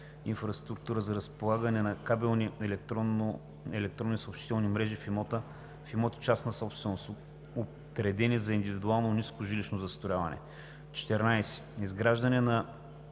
инфраструктура за разполагане на кабелни електронни съобщителни мрежи в имоти – частна собственост, отредени за индивидуално ниско жилищно застрояване; 14. изграждане на